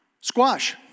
Squash